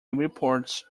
reports